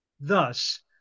thus